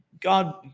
God